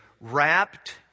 wrapped